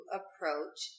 approach